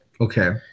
Okay